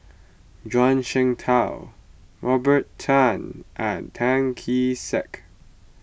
Zhuang Shengtao Robert Tan and Tan Kee Sek